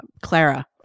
Clara